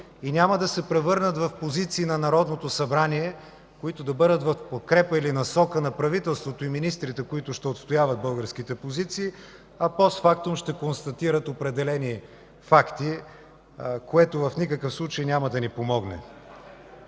и няма да се превърнат в позиции на Народното събрание и да бъдат в подкрепа или насока на правителството и министрите, които ще отстояват българските позиции, а постфактум ще констатират определени факти, а това в никакъв случай няма да ни помогне.